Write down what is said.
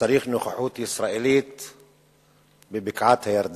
שצריך נוכחות ישראלית בבקעת-הירדן,